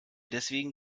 deswegen